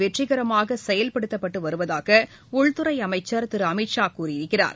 வெற்றிகரமாகசெயல்படுத்தப்பட்டுவருவதாகஉள்துறைஅமைச்சர் திருஅமித் ஷா கூறியிருக்கிறார்